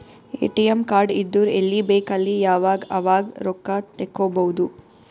ATM card ಇದ್ದುರ್ ಎಲ್ಲಿ ಬೇಕ್ ಅಲ್ಲಿ ಯಾವಾಗ್ ಅವಾಗ್ ರೊಕ್ಕಾ ತೆಕ್ಕೋಭೌದು